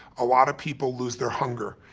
a lot of people lose their hunger.